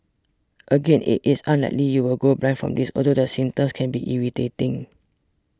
again it is unlikely you will go blind from this although the symptoms can be irritating